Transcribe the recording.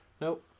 Nope